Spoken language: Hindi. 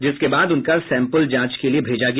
जिसके बाद उनका सैंपल जांच के लिये भेजा गया